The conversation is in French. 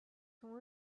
sont